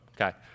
okay